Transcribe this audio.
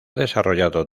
desarrollado